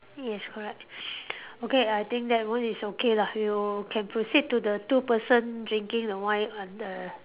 yes correct okay I think that one is okay lah you can proceed to the two person drinking the wine on the